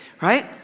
right